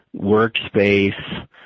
workspace